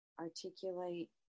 articulate